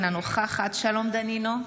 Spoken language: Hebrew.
אינה נוכחת שלום דנינו,